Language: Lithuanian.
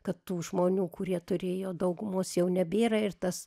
kad tų žmonių kurie turėjo daugumos jau nebėra ir tas